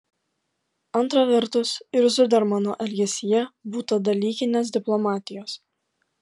antra vertus ir zudermano elgesyje būta dalykinės diplomatijos